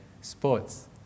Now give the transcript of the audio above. sports